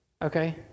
Okay